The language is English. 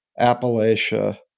Appalachia